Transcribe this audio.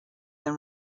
than